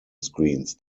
screens